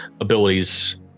abilities